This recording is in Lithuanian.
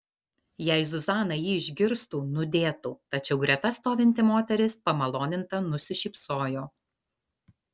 jei zuzana jį išgirstų nudėtų tačiau greta stovinti moteris pamaloninta nusišypsojo